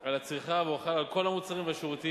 על הצריכה, והוא חל על כל המוצרים והשירותים